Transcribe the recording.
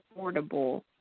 affordable